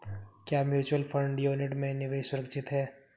क्या mutual fund unit में निवेश सुरक्षित है?